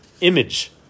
image